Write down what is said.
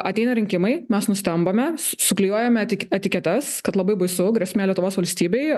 ateina rinkimai mes nustembame suklijuojame etik etiketes kad labai baisu grėsmė lietuvos valstybei